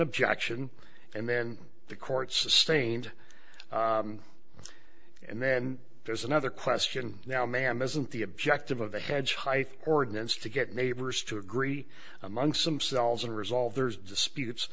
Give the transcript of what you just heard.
objection and then the court sustained and then there's another question now ma'am isn't the objective of the heads high ordinance to get neighbors to agree amongst themselves and resolve their disputes